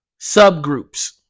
subgroups